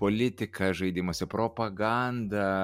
politiką žaidimuose propagandą